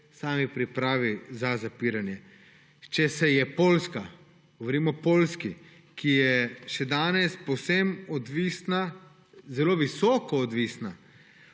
same priprave za zapiranje. Če se je Poljska, govorim o Poljski, ki je še danes povsem odvisna, zelo visoko odvisna